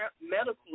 medical